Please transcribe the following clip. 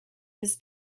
his